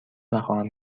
نخواهم